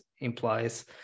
implies